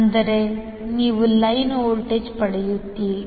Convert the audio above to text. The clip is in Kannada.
ಅಂದರೆ ನೀವು ಲೈನ್ ವೋಲ್ಟೇಜ್ ಪಡೆಯುತ್ತೀರಿ